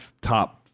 top